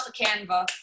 Canva